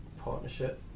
partnership